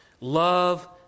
Love